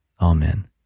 Amen